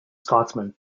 scotsman